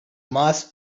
mass